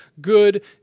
good